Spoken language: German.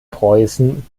preußen